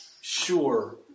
sure